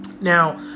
Now